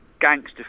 gangster